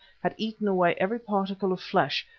had eaten away every particle of flesh,